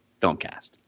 filmcast